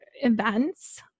events